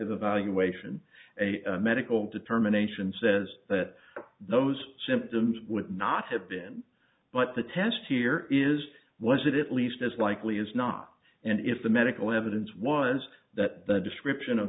evaluation a medical determination says that those symptoms would not have been but the test here is was it at least as likely as not and if the medical evidence was that the description of